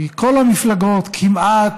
מכל המפלגות כמעט,